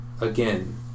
again